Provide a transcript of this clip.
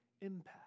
impact